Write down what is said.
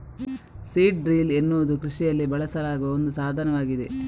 seed drill ಎನ್ನುವುದು ಕೃಷಿಯಲ್ಲಿ ಬಳಸಲಾಗುವ ಒಂದು ಸಾಧನವಾಗಿದೆ